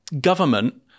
government